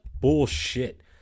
bullshit